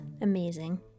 Amazing